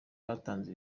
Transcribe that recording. batanze